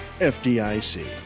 FDIC